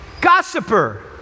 Gossiper